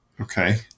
Okay